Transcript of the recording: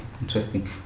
interesting